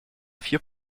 vier